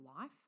life